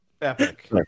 epic